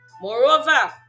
Moreover